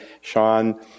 Sean